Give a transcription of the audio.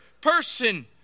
person